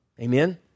Amen